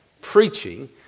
preaching